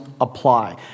apply